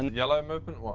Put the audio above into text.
yellow movement?